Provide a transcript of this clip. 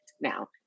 now